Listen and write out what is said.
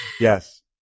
yes